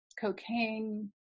cocaine